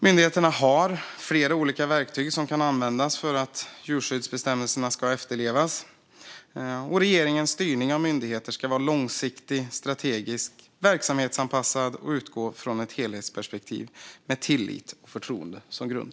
Myndigheterna har flera olika verktyg som kan användas för att djurskyddsbestämmelserna ska efterlevas, och regeringens styrning av myndigheter ska vara långsiktig, strategisk, verksamhetsanpassad och utgå från ett helhetsperspektiv, med tillit och förtroende som grund.